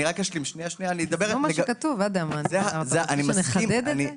זה לא מה שכתוב, אתה רוצה שנחדד את זה?